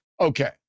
Okay